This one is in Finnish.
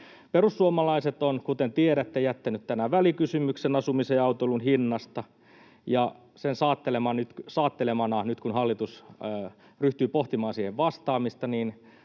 Perussuomalaiset ovat, kuten tiedätte, jättäneet tänään välikysymyksen asumisen ja autoilun hinnasta, ja sen saattelemana nyt, kun hallitus ryhtyy pohtimaan siihen vastaamista,